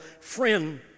friend